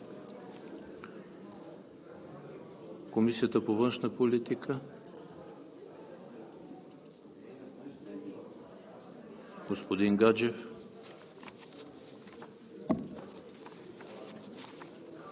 Комисията по външна политика – господин Гаджев,